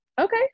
Okay